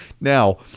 Now